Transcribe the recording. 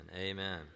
Amen